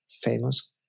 famous